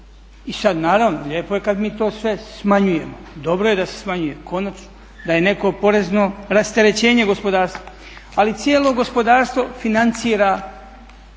I sad naravno lijepo je kad mi to sve smanjujemo, dobro je da se smanjuje, konačno da je netko porezno rasterećenje gospodarstva, ali cijelo gospodarstvo financira